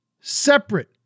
separate